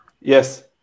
Yes